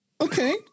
Okay